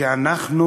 כי אנחנו